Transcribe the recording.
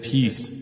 Peace